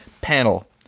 Panel